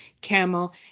camel